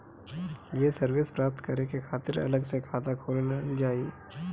ये सर्विस प्राप्त करे के खातिर अलग से खाता खोलल जाइ?